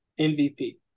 MVP